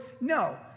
No